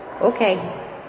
okay